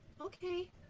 okay